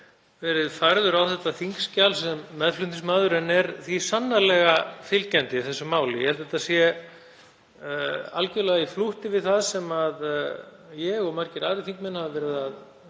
verið færður á þetta þingskjal sem meðflutningsmaður en er sannarlega fylgjandi þessu máli. Þetta er algjörlega í takt við það sem ég og margir aðrir þingmenn höfum verið að